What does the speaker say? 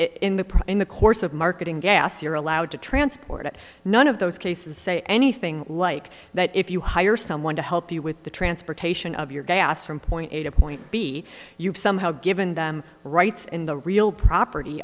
press in the course of marketing gas you're allowed to transport it none of those cases say anything like that if you hire someone to help you with the transportation of your gas from point a to point b you've somehow given them rights in the real property